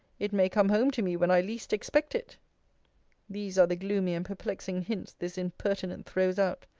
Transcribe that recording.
it may come home to me when i least expect it these are the gloomy and perplexing hints this impertinent throws out.